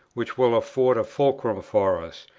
which will afford a fulcrum for us,